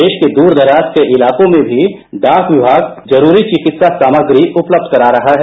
देश के दूर दराज के इलाकों में भी डाक विभाग जरूरी चिकित्सासामग्री उपलब्ध करा रहा है